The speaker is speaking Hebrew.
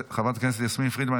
חברת הכנסת מטי צרפת הרכבי,